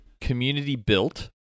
community-built